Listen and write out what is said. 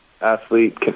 athlete